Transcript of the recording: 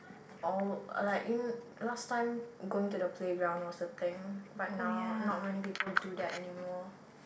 all like last time going to the playground was a thing but now not many people do that anymore